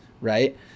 right